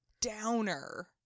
downer